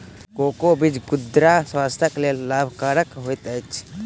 cocoa बीज गुर्दा स्वास्थ्यक लेल लाभकरक होइत अछि